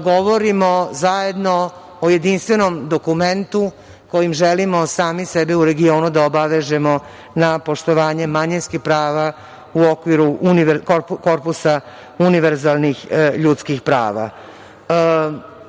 govorimo zajedno o jedinstvenom dokumentu kojim želimo sami sebe u regionu da obavežemo na poštovanje manjinskih prava u okviru korpusa univerzalnih ljudskih prava.